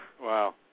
Wow